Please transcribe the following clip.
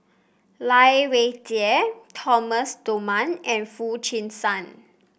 Lai Weijie Thomas Dunman and Foo Chee San